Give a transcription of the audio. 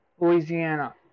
Louisiana